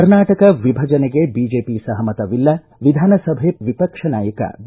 ಕರ್ನಾಟಕ ವಿಭಜನೆಗೆ ಬಿಜೆಪಿ ಸಹಮತವಿಲ್ಲ ವಿಧಾನಸಭೆ ವಿಪಕ್ಷ ನಾಯಕ ಬಿ